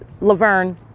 Laverne